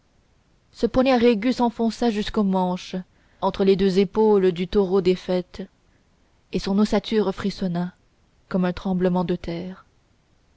ce poignard aigu s'enfonça jusqu'au manche entre les deux épaules du taureau des fêtes et son ossature frissonna comme un tremblement de terre